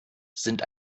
sind